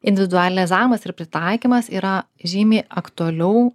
individualizavimas ir pritaikymas yra žymiai aktualiau